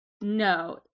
No